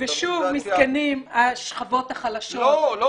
מסכנות השכבות החלשות -- לא, לא.